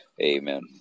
Amen